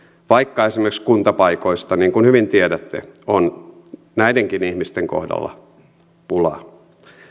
vaikka esimerkiksi kuntapaikoista niin kuin hyvin tiedätte on näidenkin ihmisten kohdalla pulaa